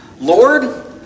Lord